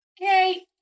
Okay